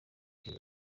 kuri